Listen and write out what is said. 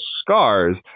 scars